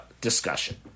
discussion